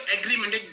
agreement